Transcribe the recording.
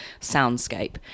soundscape